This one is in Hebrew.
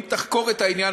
אם תחקור את העניין,